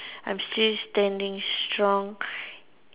I'm still standing strong